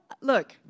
Look